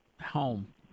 home